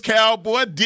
Cowboy